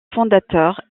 fondateur